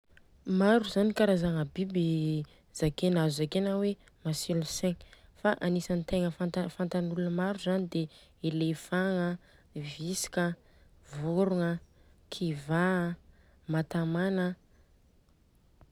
Maro zany karazagna biby zakena azo zakena hoe masilo segna. Fa agnisany tegna fantan'olona maro zany dia elefagna, vitsika, vorogna, kiva, matamana.